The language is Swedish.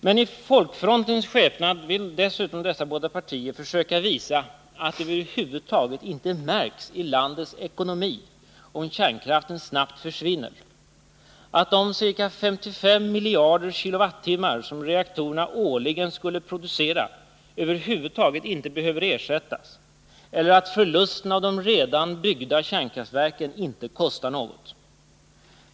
Men i folkkampanjens skepnad vill dessutom dessa båda partier försöka visa att det över huvud taget inte märks i landets ekonomi om kärnkraften snabbt försvinner, att de ca 55 miljarder kWh som reaktorerna årligen skulle producera över huvud taget inte behöver ersättas eller att förlusten av de redan byggda kärnkraftsverken inte kostar något.